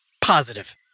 Positive